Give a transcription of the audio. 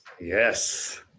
Yes